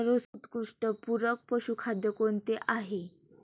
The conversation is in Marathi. सर्वोत्कृष्ट पूरक पशुखाद्य कोणते आहे?